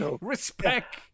Respect